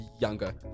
younger